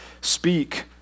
speak